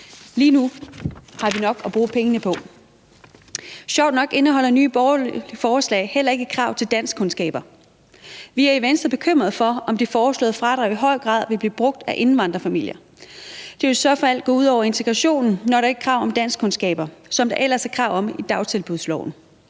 Lige nu har vi nok at bruge pengene på. Sjovt nok indeholder Nye Borgerliges forslag heller ikke et krav til danskkundskaber. Vi er i Venstre bekymrede for, om det foreslåede fradrag i høj grad vil blive brugt af indvandrerfamilier. Det vil i så fald gå ud over integrationen, når der ikke er krav om danskkundskaber, som der ellers er krav om i dagtilbudsloven.